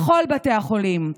בכל בתי החולים,